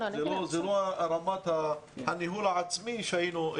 זה לא רמת הניהול העצמי שהיינו רוצים.